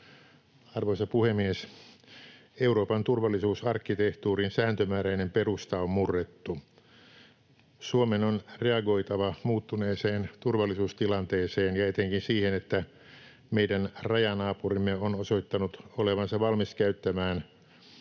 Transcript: Arvoisa puhemies! Euroopan turvallisuusarkkitehtuurin sääntömääräinen perusta on murrettu. Suomen on reagoitava muuttuneeseen turvallisuustilanteeseen ja etenkin siihen, että meidän rajanaapurimme on osoittanut olevansa valmis käyttämään